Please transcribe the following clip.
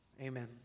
Amen